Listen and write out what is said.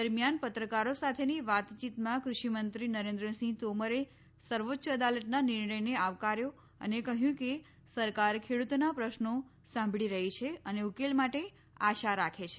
દરમ્યાન પત્રાકારો સાથેની વાતચીતમાં કૃષિમંત્રી નરેન્દ્રસિંહ તોમરે સર્વોચ્ય અદાલતના નિર્ણયને આવકાર્યો અને કહ્યું કે સરકાર ખેડૂતોના પ્રશ્નો સાંભળી રઠ્ઠી છે અને ઉકેલ માટે આશા રાખે છે